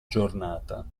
giornata